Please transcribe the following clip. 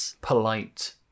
polite